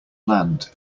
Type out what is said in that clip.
land